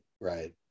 right